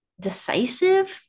decisive